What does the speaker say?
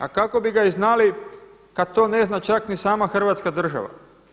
A kako bi ga i znali kada to ne zna čak ni sama Hrvatska država?